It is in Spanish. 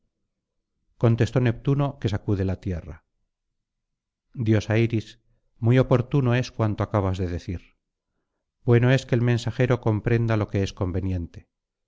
contestó neptuno que sacude la tierra diosa iris muy oportuno es cuanto acabas de decir bueno es que el mensajero comprenda lo que es conveniente